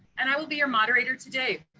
and i will be your moderator today.